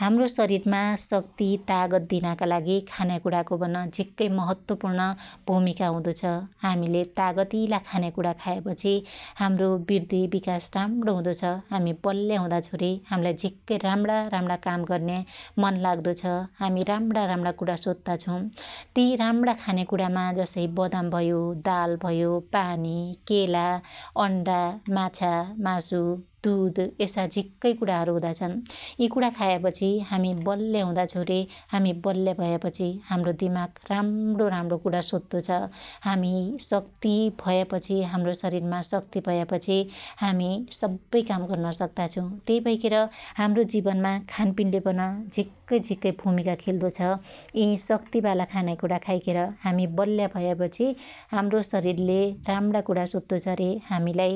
हाम्रो शरिरमा शक्त्ति तागत दिनका लागि खान्या कु्णाको पन झीक्कै महत्वपुर्ण भुमिका हुदो छ । हामिले तागतीला खान्याकुणा खायापछी हाम्रो बृदि विकास राम्णो हुदो छ । हामी बल्या हुदा छु रे हाम्लाई झीक्कै राम्णा राम्णा काम गर्न्या मन लाग्दो छ । हामी राम्रा राम्रा कुणा सोत्ता छौ । त्यई राम्णा खान्याकुणामा जसै बदाम भयो, दाल भयो, पानी, केला, अण्डा, माछा, मासु, दुद यसा झिक्कै कुणाहरु हुदाछन । यि कुणा खाया पछी हामी बल्या हुदा छु रे हामी बल्या भयापछि हाम्रो दिमाग राम्णो राम्णो कुरा सोत्तो छ । हामी शक्त्ति भयापछि हाम्रो शरिरमा शक्त्ति भयापछि हामि सप्पै काम गर्न सक्त्ता छौ । त्यई भैखेर हाम्रो जीवनमा खानपिनले पन झिक्कै झिक्कै भुमिका खेल्दो छ । यि शक्त्तिबाला खान्याक्णा खाईखेर हामि बल्या भयापछि हाम्रो शरिलले राम्णा कुणा सोत्तो छ रे हामिलाई